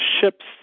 ships